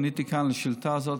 עניתי כאן לשאילתה הזאת,